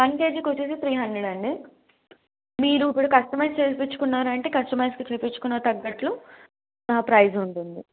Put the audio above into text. one కేజీకి వచ్చేసి three hundred అండి మీరు ఇప్పుడు కస్టమైజ్ చేయించుకున్నారంటే కస్టమైజకి చేయించుకున్న తగ్గట్లు మా ప్రైజ్ ఉంటుంది